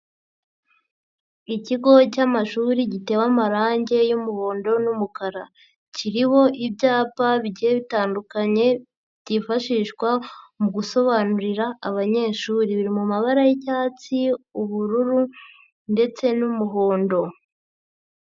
Ikigo cy'amashuri gitewe amarangi y'umuhondo n'umukara. Kiriho ibyapa bigiye bitandukanye byifashishwa mu gusobanurira abanyeshuri. Biri mu mabara y'icyatsi, ubururu ndetse n'umuhondo.